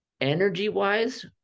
Energy-wise